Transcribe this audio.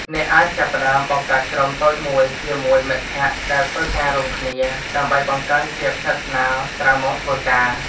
អ្នកអាចចាប់ផ្ដើមបង្កើតក្រុមតូចមួយជាមួយមិត្តភក្តិដែលធ្វើការរួមគ្នា ដើម្បីបង្កើនភាពស្និទ្ធស្នាលក្រៅម៉ោងធ្វើការ។